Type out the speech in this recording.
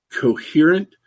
coherent